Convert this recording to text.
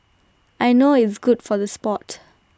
I know it's good for the Sport